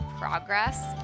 progress